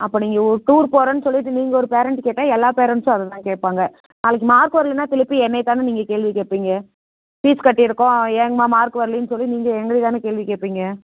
அப்போ நீங்கள் ஊ டூர் போகறோன் சொல்லிவிட்டு நீங்கள் ஒரு பேரண்ட்டு கேட்டால் எல்லா பேரண்ட்ஸும் அதை தான் கேட்பாங்க நாளைக்கு மார்க் வர்லைன்னா திருப்பி என்னையை தானே நீங்கள் கேள்வி கேட்பிங்க ஃபீஸ் கட்டி இருக்கோம் ஏங்கமா மார்க் வர்லின்னு சொல்லி நீங்கள் எங்களையே தானே கேள்வி கேட்பிங்க